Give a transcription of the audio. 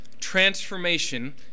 transformation